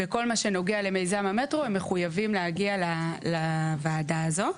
בכל מה שנוגע למיזם המטרו הם מחויבים להגיע לוועדה הזו.